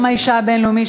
יום האישה הבין-לאומי,